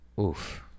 Oof